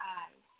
eyes